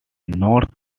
north